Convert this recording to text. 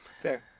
fair